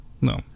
No